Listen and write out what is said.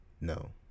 no